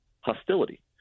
hostility